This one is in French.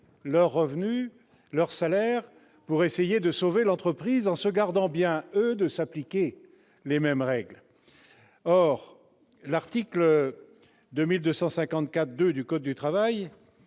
de baisser leur salaire pour essayer de sauver l'entreprise, en se gardant bien, eux, de s'appliquer les mêmes règles. L'article L. 2254-2 du code du travail